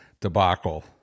debacle